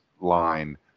line